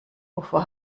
wovor